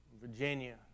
Virginia